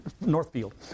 Northfield